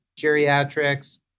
geriatrics